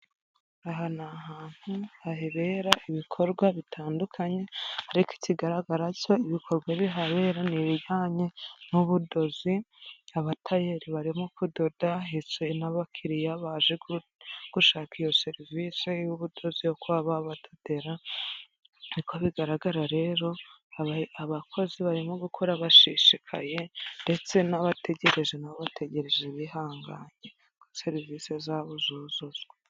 Aha ni ahantu habera ibikorwa bitandukanye ariko ikigaragara cyo ibikorwa bihabera ni ibijyanye n'ubudozi, abatayeri barimo kudoda, hicaye n'abakiriya baje gushaka iyo serivisi y'ubudozi yo kuba babadodera, uko bigaragara rero abakozi barimo gukora bashishikaye ndetse n'abategereje na bo bategereje bihanganye ko serivisi zabo zuzuzwa.